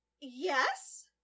yes